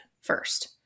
first